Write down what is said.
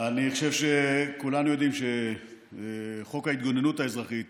אני חושב שכולנו יודעים שחוק ההתגוננות האזרחית